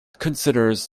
considers